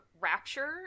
Rapture